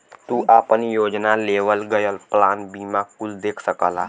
तू आपन योजना, लेवल गयल प्लान बीमा कुल देख सकला